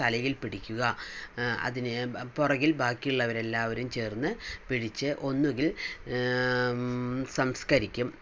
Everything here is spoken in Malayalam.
തലയിൽ പിടിക്കുക അതിന് പുറകിൽ ബാക്കിയുള്ളവരെല്ലാവരും ചേർന്ന് പിടിച്ച് ഒന്നുങ്കിൽ സംസ്കരിക്കും